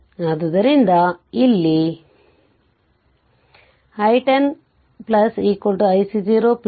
ಆದ್ದರಿಂದ ಇಲ್ಲಿ i 1 0 ic 0 i2 0 ಆದ್ದರಿಂದ i 1 0 0 ಆಗಿತ್ತು